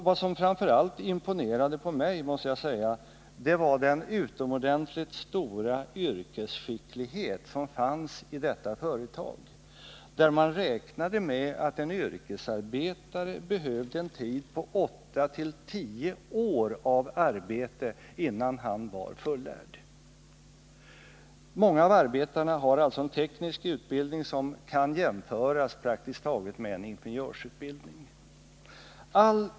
Vad som framför allt imponerade på mig var, måste jag säga, den utomordentligt stora yrkesskicklighet som fanns i detta företag. Man räknade med att en yrkesarbetare behövde en tid på 810 år av arbete innan han var fullärd. Många av arbetarna har alltså en teknisk utbildning som praktiskt taget kan jämföras med en ingenjörsutbildning.